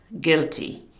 guilty